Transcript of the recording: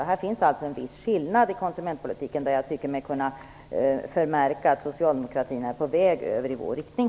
Det finns nu en viss skillnad i konsumentpolitiken, där jag tycker mig kunna förmärka att socialdemokratin är på väg över i vår riktning.